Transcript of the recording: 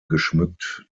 geschmückt